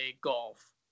golf